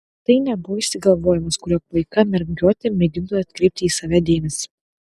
tai nebuvo išsigalvojimas kuriuo paika mergiotė mėgintų atkreipti į save dėmesį